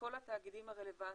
שכל התאגידים הרלוונטיים,